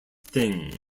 thing